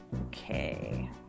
Okay